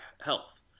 health